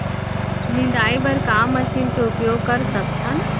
निंदाई बर का मशीन के उपयोग कर सकथन?